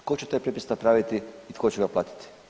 Tko će taj prijepis napraviti i tko će ga platiti?